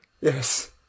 Yes